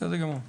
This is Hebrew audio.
בסדר גמור.